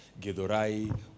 Gedorai